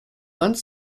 vingt